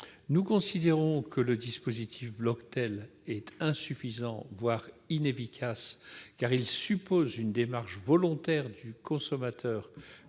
Nous considérons en effet que le dispositif Bloctel est insuffisant, voire inefficace, car il suppose une démarche volontaire du consommateur,